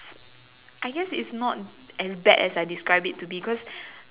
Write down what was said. I guess it's not as bad as I described it to because